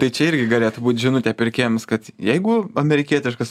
tai čia irgi galėtų būt žinutę pirkėjams kad jeigu amerikietiškas